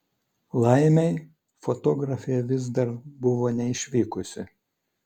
laimei fotografė vis dar buvo neišvykusi